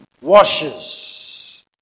washes